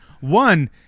One